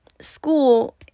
school